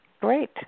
Great